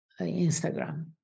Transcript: Instagram